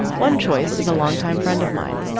one choice is a longtime friend of mine.